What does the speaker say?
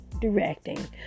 directing